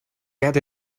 get